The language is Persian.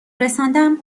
رساندم